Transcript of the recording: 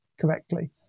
correctly